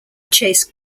chase